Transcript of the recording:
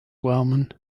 wellman